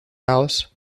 alice